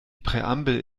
präambel